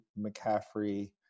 McCaffrey